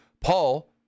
Paul